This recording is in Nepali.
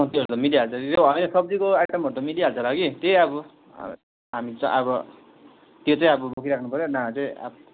मासुहरू त मिलिहाल्छ सब्जीको आइटमहरू त मिलिहाल्छ होला कि त्यही अब हामी चाहिँ अब त्यो चाहिँ अब बोकिराख्नु पर्यो नभए चाहिँ